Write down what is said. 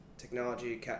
technology